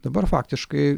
dabar faktiškai